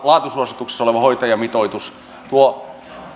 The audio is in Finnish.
laatusuosituksessa oleva hoitajamitoitus tuo